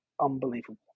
unbelievable